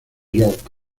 york